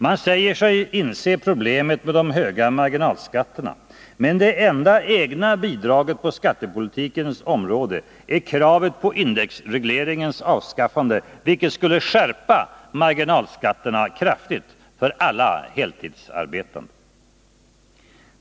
Man säger sig inse problemet med de höga marginalskatterna, men det enda egna bidraget på skattepolitikens område är kravet på indexregleringens avskaffande, vilket skulle skärpa marginalskatterna kraftigt för alla heltidsarbetande.